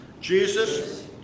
Jesus